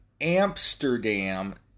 Amsterdam